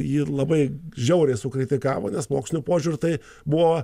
jį labai žiauriai sukritikavo nes moksliniu požiūriu tai buvo